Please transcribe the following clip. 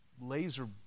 laser